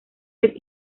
les